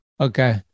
Okay